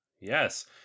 yes